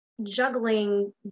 juggling